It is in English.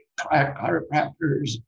chiropractors